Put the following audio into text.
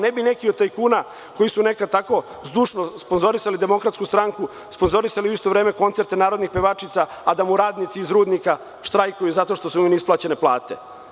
Ne bi neki od tajkuna koji su nekad tako zdušno sponzorisali Demokratsku stranku sponzorisali u isto vreme koncerte narodnih pevačica, a da mu radnici iz rudnika štrajkuju zato što su im neisplaćene plate.